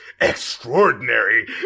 Extraordinary